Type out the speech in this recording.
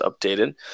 updated